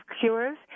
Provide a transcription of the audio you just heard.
Cures